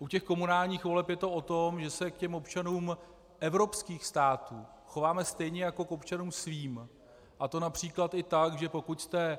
U komunálních voleb je to o tom, že se k občanům evropských států chováme stejně jako k občanům svým, a to například i tak, že pokud jste